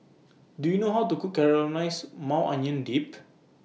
Do YOU know How to Cook Caramelized Maui Onion Dip